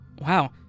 Wow